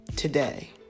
Today